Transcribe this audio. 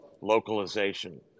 localization